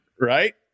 right